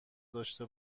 داشته